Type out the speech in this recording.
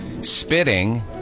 spitting